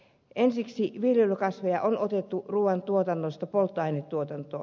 ensiksi viljelykasveja on otettu ruuantuotannosta polttoainetuotantoon